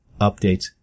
Updates